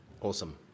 Awesome